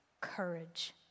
courage